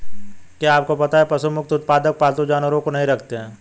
क्या आपको पता है पशु मुक्त उत्पादक पालतू जानवरों को नहीं रखते हैं?